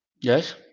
Yes